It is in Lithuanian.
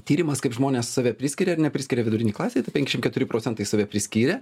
tyrimas kaip žmonės save priskiria ar nepriskiria vidurinei klasei tai penkiasdešim keturi procentai save priskyrė